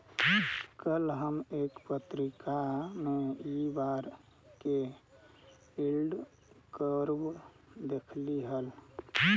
कल हम एक पत्रिका में इ बार के यील्ड कर्व देखली हल